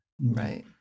Right